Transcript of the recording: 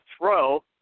throw